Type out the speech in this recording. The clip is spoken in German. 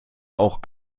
auch